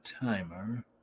timer